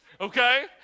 Okay